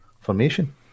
formation